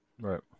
Right